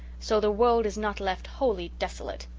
so the world is not left wholly desolate.